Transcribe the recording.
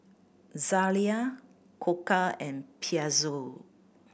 Zalia Koka and Pezzo